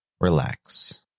relax